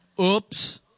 Oops